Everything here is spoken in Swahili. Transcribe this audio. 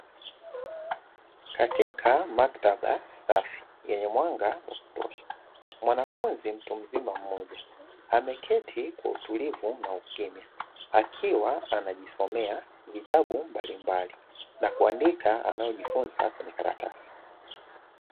Katika maktaba safi yenye mwanga wa kutosha, wanafunzi mtu mzima mmoja, ameketi kwa utulivu na ukimya, akiwa anajisomea vitabu mbalimbali na kuandika na kujifunza kwenye karatasi.